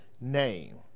name